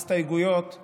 ההסתייגויות אני